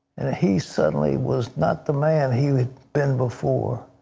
and he suddenly was not the man he had been before.